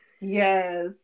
yes